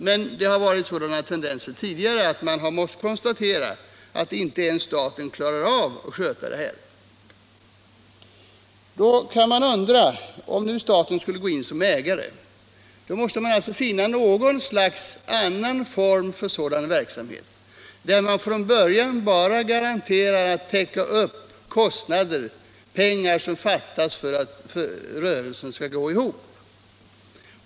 Det har tidigare funnits sådana tendenser att man måst konstatera att inte ens staten klarar av problemen. Om nu staten skulle gå in som ägare, måste man alltså finna någon annan form för verksamheten, där man från början bara garanterar att täcka kostnader för att rörelsen skall kunna fortsätta.